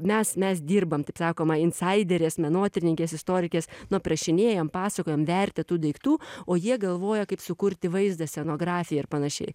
mes mes dirbam taip sakoma insaiderės menotyrininkės istorikės nu aprašinėjam pasakojam vertę tų daiktų o jie galvoja kaip sukurti vaizdą scenografiją ir panašiai